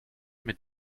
mit